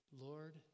Lord